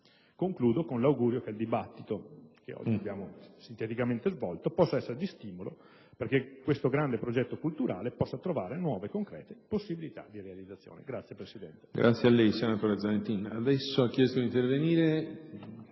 Concludo con l'augurio che il dibattito che oggi abbiamo sinteticamente svolto possa essere di stimolo perché questo grande progetto culturale possa trovare nuove concrete possibilità di realizzazione. PRESIDENTE.